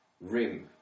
rim